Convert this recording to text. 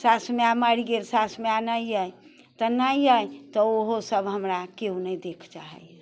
सास माय मरि गेल सास माय नहि यऽ तऽ नहि अइ तऽ ओहो सब हमरा केओ नहि देखऽ चाहैया